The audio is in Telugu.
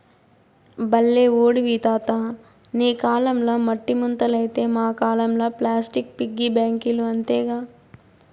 బల్లే ఓడివి తాతా నీ కాలంల మట్టి ముంతలైతే మా కాలంల ప్లాస్టిక్ పిగ్గీ బాంకీలు అంతేగా